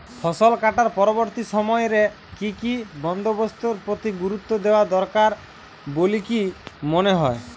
ফসলকাটার পরবর্তী সময় রে কি কি বন্দোবস্তের প্রতি গুরুত্ব দেওয়া দরকার বলিকি মনে হয়?